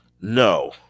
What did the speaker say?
No